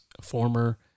former